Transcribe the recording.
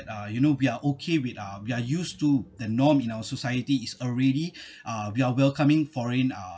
uh you know we are okay with uh we are used to the norm in our society is already uh we are welcoming foreign uh